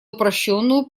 упрощенную